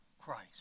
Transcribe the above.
Christ